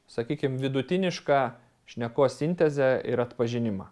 sakykim vidutinišką šnekos sintezę ir atpažinimą